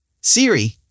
Siri